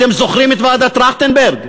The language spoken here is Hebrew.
אתם זוכרים את ועדת טרכטנברג?